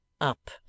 up